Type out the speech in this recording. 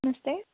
नमस्ते